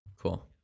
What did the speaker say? Cool